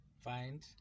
find